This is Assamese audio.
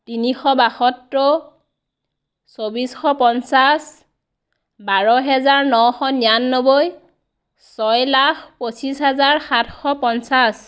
তিনিশ বাসত্তৰ চৌব্বিছশ পঞ্চাছ বাৰ হেজাৰ নশ নিৰান্নবৈ ছয় লাখ পঁচিছ হাজাৰ সাতশ পঞ্চাছ